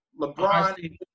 LeBron-